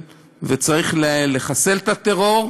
צריך לחסל את הטרור.